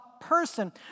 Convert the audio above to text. person